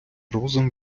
розум